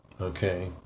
Okay